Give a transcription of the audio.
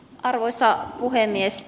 arvoisa puhemies